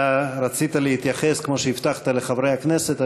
אתה רצית להתייחס, כמו שהבטחת לחברי הכנסת.